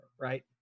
right